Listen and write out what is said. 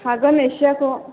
हागोन एसेयाखौ